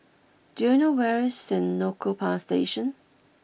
do you know where is Senoko Power Station